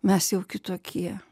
mes jau kitokie